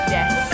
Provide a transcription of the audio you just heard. Yes